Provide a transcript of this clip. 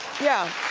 yeah.